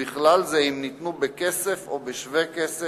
ובכלל זה אם ניתנו בכסף או בשווה-כסף,